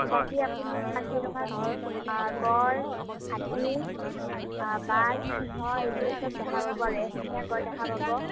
বাকী আপুনি কাজিৰঙাত গঁড় হাতী বাঘ সিংহ এইবোৰ চব দেখা পাব আৰু এশিঙীয়া গঁড় দেখা পাব